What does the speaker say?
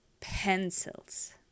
pencils